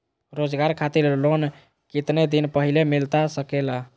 रोजगार खातिर लोन कितने दिन पहले मिलता सके ला?